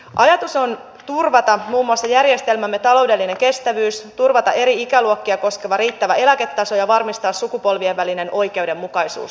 ajatus on turvata muun muassa järjestelmämme taloudellinen kestävyys turvata eri ikäluokkia koskeva riittävä eläketaso ja varmistaa sukupolvien välinen oikeudenmukaisuus